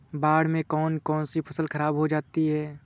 बाढ़ से कौन कौन सी फसल खराब हो जाती है?